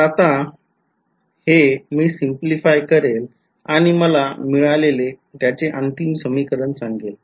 तर आता हे मी सिम्प्लिफाय करेल आणि मला मिळालेले त्याचे अंतिम समीकरण सांगेल